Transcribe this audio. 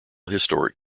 historic